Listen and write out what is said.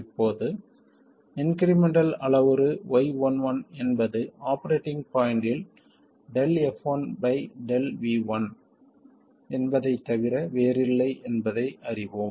இப்போது இன்க்ரிமெண்டல் அளவுரு y11 என்பது ஆபரேட்டிங் பாய்ண்ட்டில் ∂f1 ∂ V1 என்பதைத் தவிர வேறில்லை என்பதை அறிவோம்